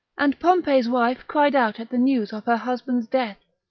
and pompey's wife cried out at the news of her husband's death,